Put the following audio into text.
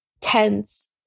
tense